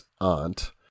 aunt